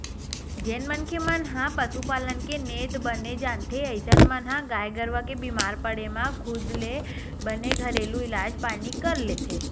जेन मनखे मन ह पसुपालन के नेत बने जानथे अइसन म गाय गरुवा के बीमार पड़े म खुदे ले बने घरेलू इलाज पानी कर लेथे